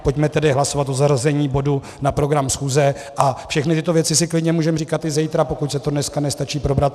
Pojďme tedy hlasovat o zařazení bodu na program schůze a všechny tyto věci si klidně můžeme říkat i zítra, pokud se to dneska nestačí probrat.